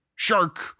shark